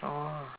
oh